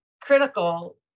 critical